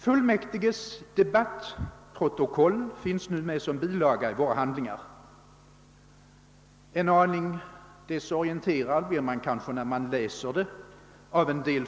Fullmäktiges debattprotokoll finns nu med som bilaga i våra handlingar. Man blir vid läsningen av detta protokoll måhända en aning desorienterad av en del.